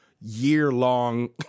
year-long